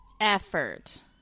Effort